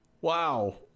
Wow